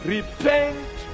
Repent